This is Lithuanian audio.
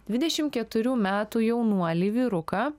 dvidešim keturių metų jaunuolį vyruką